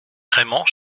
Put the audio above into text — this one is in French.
raymond